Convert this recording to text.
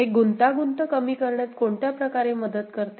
हे गुंतागुंत कमी करण्यात कोणत्याही प्रकारे मदत करते